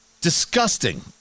disgusting